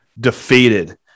defeated